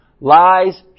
lies